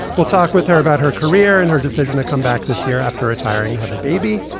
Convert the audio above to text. we'll talk with her about her career and her decision to come back this year after retiring to have a baby.